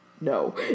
no